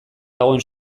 dagoen